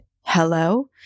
Hello